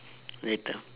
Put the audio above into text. later